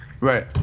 Right